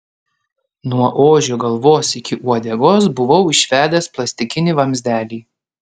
nuo ožio galvos iki uodegos buvau išvedęs plastikinį vamzdelį